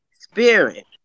spirit